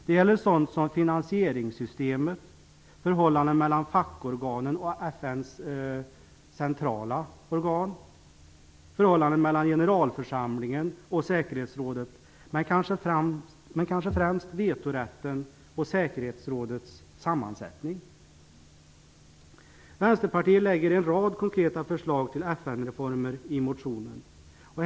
Det gäller sådant som finansieringssystemet, förhållanden mellan fackorganen och FN:s centrala organ, förhållandet mellan generalförsamlingen och säkerhetsrådet, men kanske främst vetorätten och säkerhetsrådets sammansättning. Vänsterpartiet har lagt fram en rad konkreta förslag till FN-reformer i motionen.